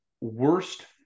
worst